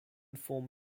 form